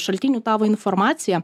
šaltinių tavo informaciją